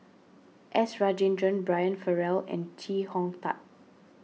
S Rajendran Brian Farrell and Chee Hong Tat